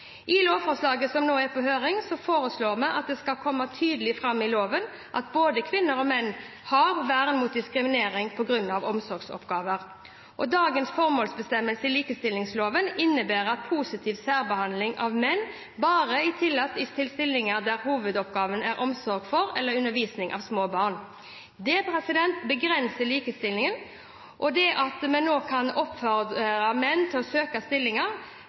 I lovforslaget, som nå er på høring, foreslår vi at det skal komme tydelig fram av loven at både kvinner og menn har vern mot diskriminering på grunn av omsorgsoppgaver. Dagens formålsbestemmelse i likestillingsloven innebærer at positiv særbehandling av menn bare er tillatt når det gjelder stillinger der hovedoppgaven er omsorg for eller undervisning av små barn. Det begrenser likestillingen. Det at vi nå kan oppfordre menn til å søke stillinger